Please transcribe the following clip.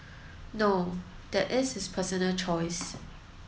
no that is his personal choice